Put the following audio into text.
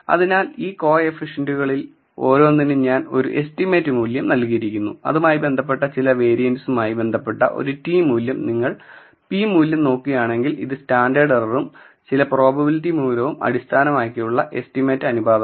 അതിനാൽ ഈ കോഎഫിഷിയെന്റുകളിൽ ഓരോന്നിനുംഞാൻ ഒരു എസ്റ്റിമേറ്റ് മൂല്യം നൽകിയിരിക്കുന്നു അതുമായി ബന്ധപ്പെട്ട ചില വേരിയന്സുമായി ബന്ധപ്പെട്ട ഒരു t മൂല്യം നിങ്ങൾ p മൂല്യം നോക്കുകയാണെങ്കിൽ ഇത് സ്റ്റാൻഡേർഡ് എററും ചില പ്രോബബിലിറ്റി മൂല്യവും അടിസ്ഥാനമാക്കിയുള്ള എസ്റ്റിമേറ്റ് അനുപാതമാണ്